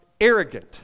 arrogant